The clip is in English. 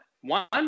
one